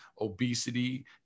obesity